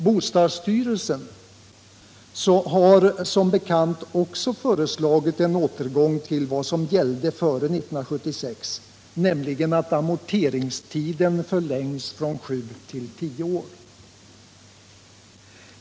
Bostadsstyrelsen har som bekant också föreslagit en återgång till vad som gällde före 1976, nämligen att amorteringstiden förlängs från 7 till 10 år.